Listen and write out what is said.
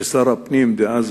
ששר הפנים דאז,